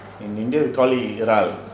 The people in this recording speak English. in india we call it இறால்:iraal